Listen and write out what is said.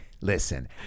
listen